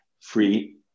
free